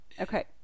Okay